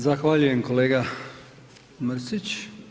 Zahvaljujem kolega Mrsić.